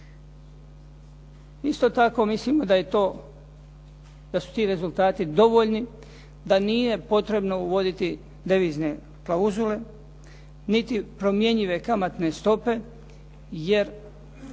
Isto tako mislimo da su ti rezultati dovoljni, da nije potrebno uvoditi devizne klauzule, niti promjenjive kamatne stope. Jer